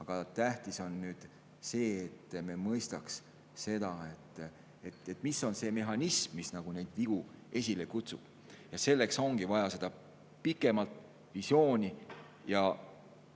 Aga tähtis on see, et me mõistaks, mis on see mehhanism, mis neid vigu esile kutsub. Selleks ongi vaja seda pikemat visiooni ja